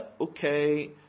okay